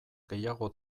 gehiago